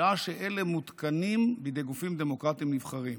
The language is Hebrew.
שעה שאלה מותקנים בידי גופים דמוקרטיים נבחרים.